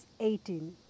18